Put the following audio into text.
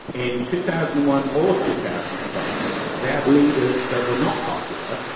in two thousand and one or two thousand and five, they had leaders that were not popular,